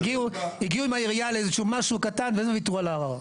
הגיעו עם העירייה לאיזשהו משהו קטן ואז וויתרו על הערר.